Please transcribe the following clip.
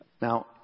Now